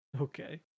okay